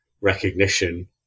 recognition